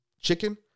chicken